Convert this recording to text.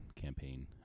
campaign